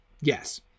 yes